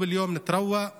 הדרכים וברצח.